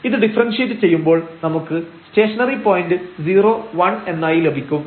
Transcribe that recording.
ഇത് ഡിഫറെൻഷിയേറ്റ് ചെയ്യുമ്പോൾ നമുക്ക് സ്റ്റേഷനറി പോയന്റ് 01 എന്നായി ലഭിക്കും